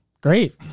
Great